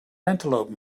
antelope